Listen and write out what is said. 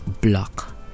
block